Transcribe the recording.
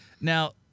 Now